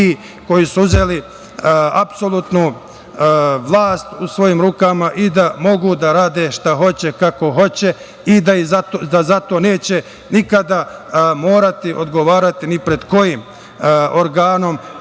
ti koji su uzeli apsolutnu vlast u svojim rukama i da mogu da rade šta hoće, kako hoće i da zato neće nikada morati odgovarati ni pred kojim organom.E,